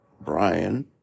Brian